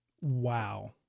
Wow